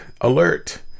alert